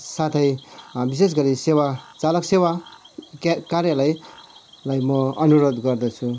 साथै विशेष गरी सेवा चालक सेवा क्या कार्यलयलाई म अनुरोध गर्दछु